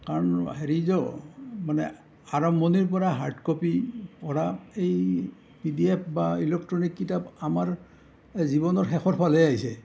কাৰণ হেৰি যে মানে আৰম্ভনিৰ পৰা হাৰ্ড কপি পঢ়া এই পি ডি এফ বা ইলেকট্ৰনিক কিতাপ আমাৰ জীৱনৰ শেষৰ ফালে আহিছে